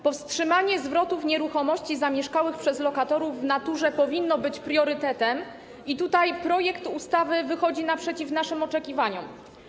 Powstrzymanie zwrotów nieruchomości zamieszkałych przez lokatorów w naturze powinno być priorytetem i tutaj projekt ustawy wychodzi naprzeciw naszym oczekiwaniom.